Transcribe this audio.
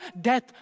death